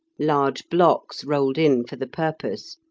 large blocks rolled in for the purpose,